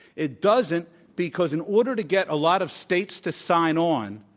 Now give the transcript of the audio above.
it doesn't because in order to get a lot of states to sign on,